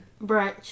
Brunch